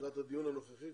לקראת הדיון הנוכחי,